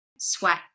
sweat